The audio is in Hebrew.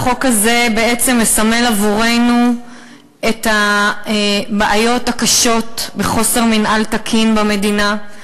החוק הזה בעצם מסמל עבורנו את הבעיות הקשות של חוסר מינהל תקין במדינה,